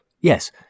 Yes